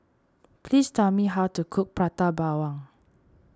please tell me how to cook Prata Bawang